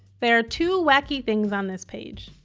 there are two wacky things on this page.